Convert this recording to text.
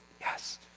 yes